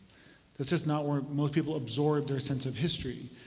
it's just not where most people absorb their sense of history.